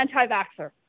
anti-vaxxer